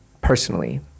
personally